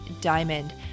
diamond